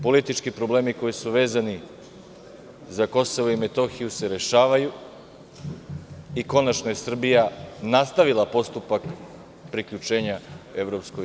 Politički problemi koji su vezani za KiM se rešavaju i konačno je Srbija nastavila postupak priključenja EU.